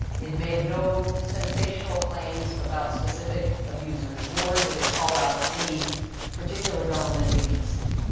it made no sensational claims about specific abusers, nor did it call out any particular government agency,